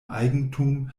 eigentum